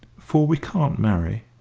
for we can't marry.